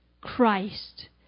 Christ